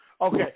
Okay